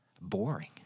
boring